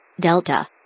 Delta